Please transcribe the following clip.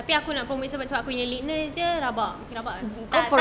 tapi aku nak promote cepat-cepat akunya lateness jer rabak rabak ah